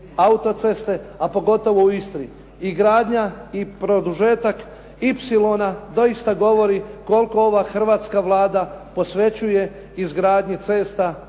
autoceste, a pogotovo u Istri. I gradnja, i produžetak ipsilona doista govori koliko ova hrvatska Vlada posvećuje izgradnji cesta u